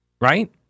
right